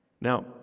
Now